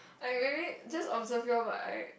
like maybe just observe y'all but I